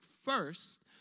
first